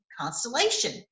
constellation